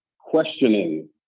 questioning